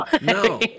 no